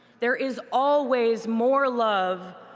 there is always more love,